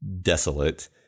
desolate